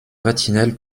vatinelle